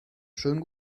schönen